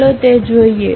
ચાલો તે જોઈએ